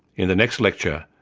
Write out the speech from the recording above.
in the next lecture,